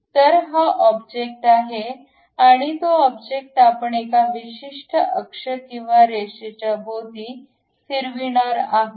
तर हा ऑब्जेक्ट आहे आणि तो ऑब्जेक्ट आपण एका विशिष्ट अक्ष किंवा रेषेच्या भोवती फिरविणार आहोत